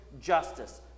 justice